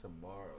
Tomorrow